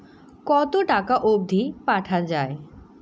কতো টাকা অবধি পাঠা য়ায়?